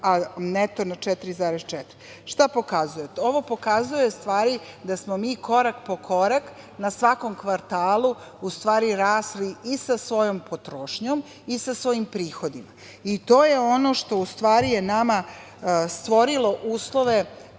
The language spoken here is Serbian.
a neto na 4,4%.Šta to pokazuje? Ovo pokazuje, u stvari, da smo mi korak po korak, na svakom kvartalu u stvari rasli i sa svojom potrošnjom i sa svojim prihodima. To je ono što u stvari je nama stvorilo uslove